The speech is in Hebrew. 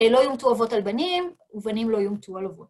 לא יומתו אבות על בנים, ובנים לא יומתו על אבות.